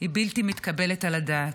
היא בלתי מתקבלת על הדעת.